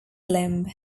limb